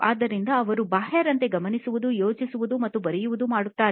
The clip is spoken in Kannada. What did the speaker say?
ಆದ್ದರಿಂದ ಅವರು ಬಾಹ್ಯರಂತೆ ಗಮನಿಸುವುದು ಯೋಚಿಸುವುದು ಮತ್ತು ಬರೆಯುವುದು ಮಾಡುತ್ತಾರೆ